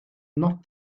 not